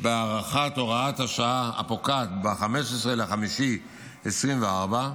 בהארכת הוראת השעה, הפוקעת ב-15 במאי 2024,